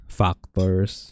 factors